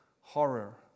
horror